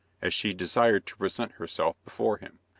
as she desired to present herself before him.